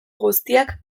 guztiak